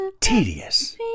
Tedious